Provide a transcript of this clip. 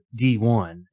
D1